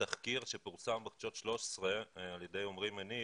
התחקיר שפורסם בחדשות 13 על ידי עמרי מניב,